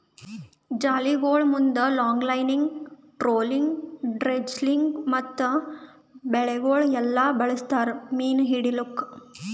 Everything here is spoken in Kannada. ಜಾಲಿಗೊಳ್ ಮುಂದ್ ಲಾಂಗ್ಲೈನಿಂಗ್, ಟ್ರೋಲಿಂಗ್, ಡ್ರೆಡ್ಜಿಂಗ್ ಮತ್ತ ಬಲೆಗೊಳ್ ಎಲ್ಲಾ ಬಳಸ್ತಾರ್ ಮೀನು ಹಿಡಿಲುಕ್